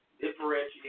differentiate